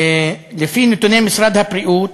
לפי נתוני משרד הבריאות,